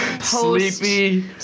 Sleepy